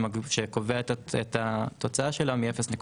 שהם הגוף שקובע את התוצאה שלה מ-0.3,